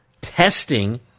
testing